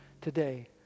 today